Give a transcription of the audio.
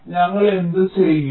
അതിനാൽ ഞങ്ങൾ എന്തുചെയ്യും